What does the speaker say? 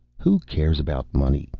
who cares about money?